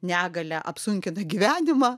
negalia apsunkina gyvenimą